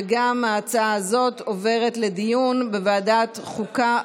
וגם ההצעה הזאת עוברת לדיון בוועדת החוקה,